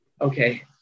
Okay